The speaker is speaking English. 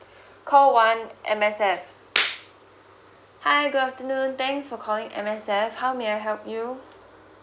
call one M_S_F hi good afternoon thanks for calling M_S_F how may I help you